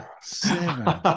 Seven